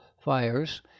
fires